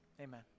Amen